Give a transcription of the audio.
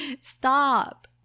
Stop